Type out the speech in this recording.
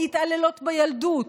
מהתעללות בילדות,